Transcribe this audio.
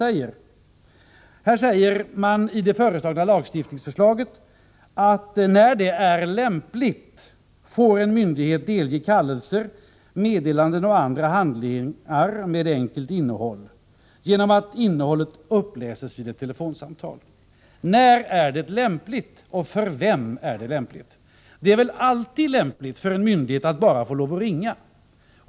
Man säger i det förevarande lagförslaget: ”När det är lämpligt, får en myndighet delge kallelser, meddelanden och andra handlingar med enkelt innehåll genom att innehållet läses upp vid telefonsamtal -.” När är det lämpligt, och för vem är det lämpligt? Det är väl alltid lämpligt för en myndighet att bara få lov att ringa.